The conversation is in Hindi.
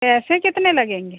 पैसे कितने लगेंगे